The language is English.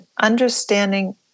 understanding